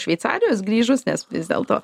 šveicarijos grįžus nes vis dėlto